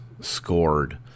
scored